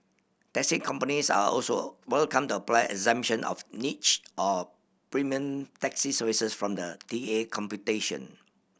taxi companies are also welcome to apply exemption of niche or premium taxi services from the T A computation